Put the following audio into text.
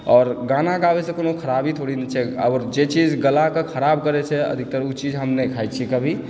आओर गाना गाबेसे कोनो खराबी नहि छै आओर जे चीज गालाके खराप करै छै ओ चीज अधिकतर हम नहि खाय छी कभी